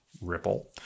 Ripple